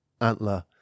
antler